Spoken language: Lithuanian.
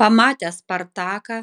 pamatę spartaką